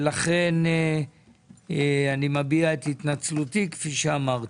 ולכן אני מביע את התנצלותי, כפי שאמרתי.